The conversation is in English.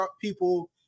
people